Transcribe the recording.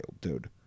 dude